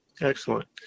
Excellent